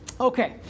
Okay